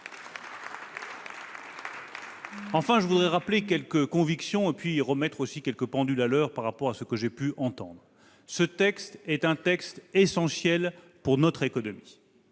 Enfin, je veux rappeler quelques convictions et remettre quelques pendules à l'heure par rapport à ce que j'ai pu entendre. J'y insiste, ce texte est essentiel pour notre économie.